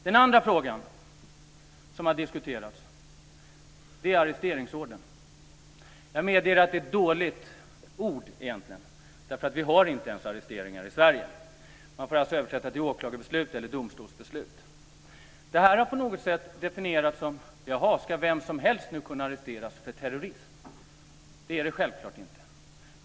Den andra frågan som har diskuterats är arresteringsordern. Jag medger att det är ett dåligt ord. Vi har inte ens arresteringar i Sverige. Man får översätta det till åklagarbeslut eller domstolsbeslut. Det har på något sätt definierats så här: Jaha, ska vem som helst nu kunna arresteras för terrorism? Så är det självklart inte.